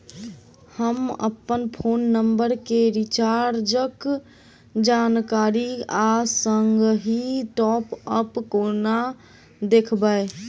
हम अप्पन phone number केँ रिचार्जक जानकारी आ संगहि टॉप अप कोना देखबै?